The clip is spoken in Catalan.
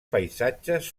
paisatges